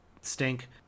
stink